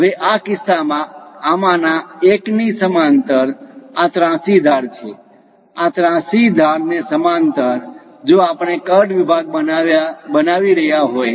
હવે આ કિસ્સામાં આમાંના એક ની સમાંતર આ ત્રાસી ધાર છે આ ત્રાસી ધાર ને સમાંતર જો આપણે કટ વિભાગ બનાવી રહ્યા હોય